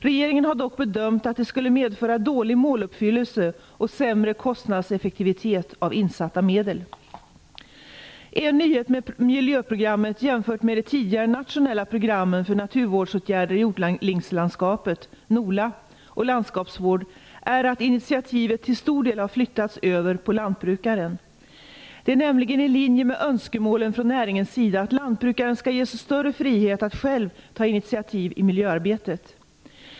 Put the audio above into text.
Regeringen har dock bedömt att det skulle medföra dålig måluppfyllelse och sämre kostnadseffektivitet av insatta medel. En nyhet med miljöprogrammet, jämfört med de tidigare nationella programmen för naturvårdsåtgärder i odlingslandskapet och landskapsvård är att initiativet till stor del har flyttas över på lantbrukaren. Det är nämligen i linje med önskemålen från näringens sida att lantbrukaren skall ges större frihet att själv ta initiativ i miljöarbetet.